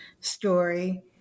story